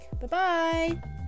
Bye-bye